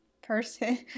person